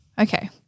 Okay